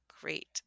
Great